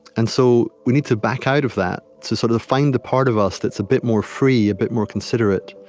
and so we need to back out of that, to sort of find the part of us that's a bit more free, a bit more considerate,